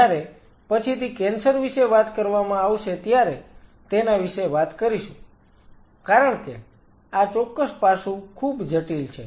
જ્યારે પછીથી કેન્સર વિશે વાત કરવામાં આવશે ત્યારે તેના વિશે વાત કરીશું કારણ કે આ ચોક્કસ પાસું ખૂબ જટિલ છે